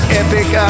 epic